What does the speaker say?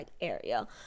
area